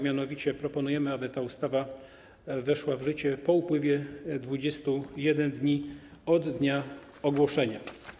Mianowicie proponujemy, aby ta ustawa weszła w życie po upływie 21 dni od dnia ogłoszenia.